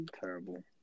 terrible